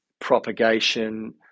propagation